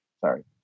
Sorry